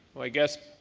i guess,